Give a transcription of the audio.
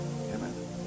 Amen